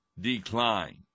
decline